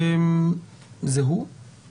וזו גם העמדה